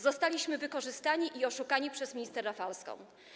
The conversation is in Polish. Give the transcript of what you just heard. Zostaliśmy wykorzystani i oszukani przez minister Rafalską.